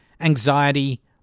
Anxiety